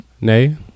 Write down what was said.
Nay